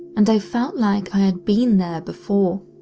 and i felt like i had been there before,